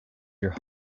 your